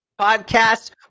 podcast